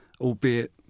albeit